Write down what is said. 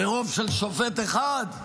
ברוב של שופט אחד.